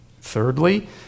Thirdly